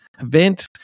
event